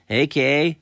aka